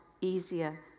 easier